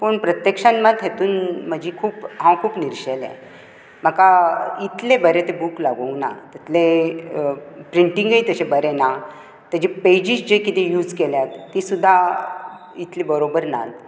पूण प्रत्यकक्षांत मात हातूंत म्हजी खूब हांव खूब निर्शेलें म्हाका इतले बरो तो बूक लागूंक ना तितले प्रिंटगय तशें बरें ना ताचे पेजीस जे कितें यूज केल्यात ती सुद्दा इतली बरोबर नात